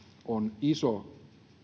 on iso